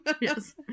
Yes